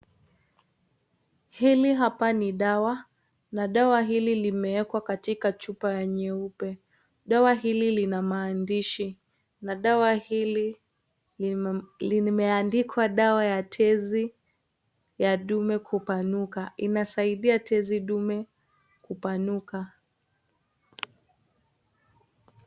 Hili hapa ni dawa, na dawa hili limewekwa katika chupa Nyeupe, dawa hili Lina maandishi na dawa hili limeandikwa dawa ya tezi ya ndume kupanuka, inasaidia tezi ndume kupanuka.